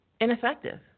ineffective